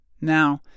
Now